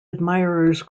admirers